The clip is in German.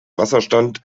wasserstand